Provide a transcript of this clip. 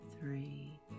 three